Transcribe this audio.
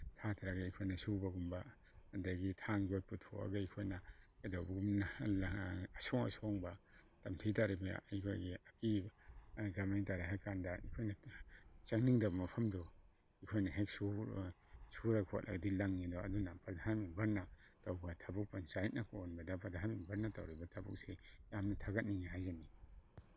ꯊꯥꯊꯔꯒ ꯑꯩꯈꯣꯏꯅ ꯁꯨꯕꯒꯨꯝꯕ ꯑꯗꯒꯤ ꯊꯥꯡ ꯌꯣꯠ ꯄꯨꯊꯣꯛꯑꯒ ꯑꯩꯈꯣꯏꯅ ꯀꯩꯗꯧꯕꯒꯨꯝꯅ ꯑꯁꯣꯡ ꯑꯁꯣꯡꯕ ꯇꯝꯊꯤ ꯇꯥꯔꯤꯕꯅ ꯑꯩꯈꯣꯏꯒꯤ ꯑꯀꯤꯕ ꯀꯃꯥꯏꯅ ꯇꯧꯔꯦ ꯍꯥꯏ ꯀꯥꯟꯗ ꯑꯩꯈꯣꯏꯅ ꯆꯪꯅꯤꯡꯗꯕ ꯃꯐꯝꯗꯨ ꯑꯩꯈꯣꯏꯅ ꯍꯦꯛ ꯁꯨꯔ ꯈꯣꯠꯂꯗꯤ ꯂꯪꯉꯤꯗꯣ ꯑꯗꯨꯅ ꯄ꯭ꯔꯙꯥꯟ ꯃꯦꯝꯕꯔꯅ ꯇꯧꯕ ꯊꯕꯛ ꯄꯟꯆꯥꯌꯠꯅ ꯀꯣꯟꯕꯗ ꯄ꯭ꯔꯙꯥꯟ ꯃꯦꯝꯕꯔꯅ ꯇꯧꯔꯤꯕ ꯊꯕꯛꯁꯦ ꯌꯥꯝꯅ ꯊꯥꯒꯠꯅꯤꯡꯉꯤ ꯍꯥꯏꯖꯅꯤꯡꯉꯤ